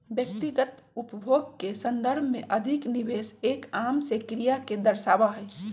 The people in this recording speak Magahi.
व्यक्तिगत उपभोग के संदर्भ में अधिक निवेश एक आम से क्रिया के दर्शावा हई